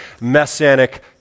Messianic